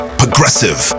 progressive